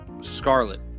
Scarlet